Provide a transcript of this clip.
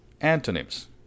Antonyms